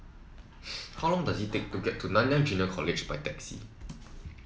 how long does it take to get to Nanyang Junior College by taxi